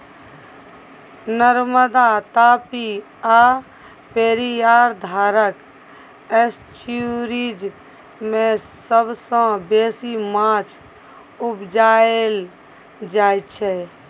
नर्मदा, तापी आ पेरियार धारक एस्च्युरीज मे सबसँ बेसी माछ उपजाएल जाइ छै